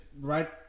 right –